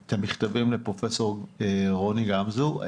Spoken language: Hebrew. את המכתבים לפרופ' רוני גמזו,